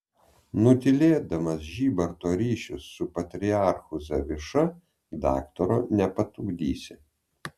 nutylėdamas žybarto ryšius su patriarchu zaviša daktaro nepatupdysi